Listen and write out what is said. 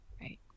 Right